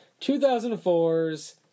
2004's